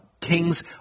kings